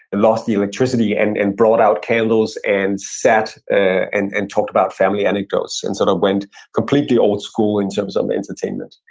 lost the electricity and and brought out candles, and sat and and talked about family anecdotes, and sort of went completely old school in terms of um entertainment.